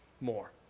more